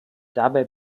dabei